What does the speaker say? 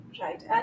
Right